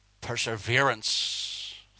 perseverance